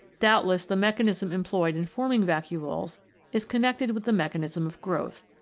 doubtless the mechanism employed in forming vacuoles is con nected with the mechanism of growth.